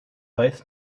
weiß